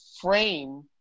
frame